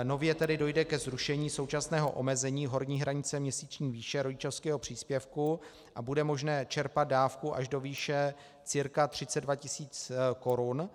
Nově tedy dojde ke zrušení současného omezení horní hranice měsíční výše rodičovského příspěvku a bude možné čerpat dávku až do výše cca 32 000 korun.